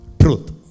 Truth